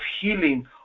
healing